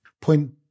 Point